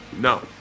No